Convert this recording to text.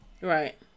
Right